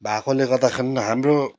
भएकोले गर्दाखेरि हाम्रो